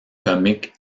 comics